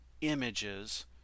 images